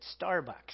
Starbucks